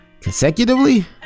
Consecutively